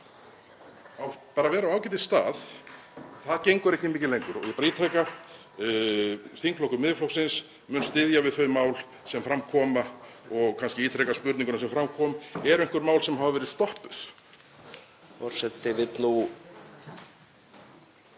bara vera á ágætisstað gengur ekki mikið lengur. Ég ítreka: Þingflokkur Miðflokksins mun styðja við þau mál sem fram koma og ég kannski ítreka spurninguna sem fram kom: Eru einhver mál sem hafa verið stoppuð?